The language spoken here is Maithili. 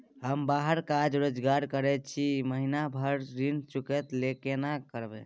हम बाहर काज रोजगार करैत छी, महीना भर ऋण चुकता केना करब?